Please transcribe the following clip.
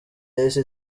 yahise